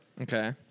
Okay